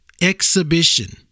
exhibition